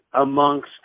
amongst